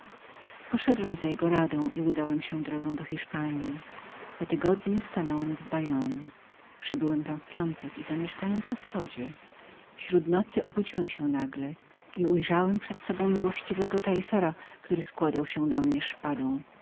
poszedłem za jego radą i udałem się drogą do hiszpanji ósmego dnia stanąłem w bajonie przybyłem tam w piątek i zamieszkałem w znajomej mi gospodzie sród nocy nagle obudziłem się i ujrzałem przed sobą miłościwego taille fera który składał się do mnie swoją szpadą